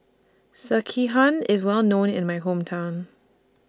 Sekihan IS Well known in My Hometown